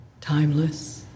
timeless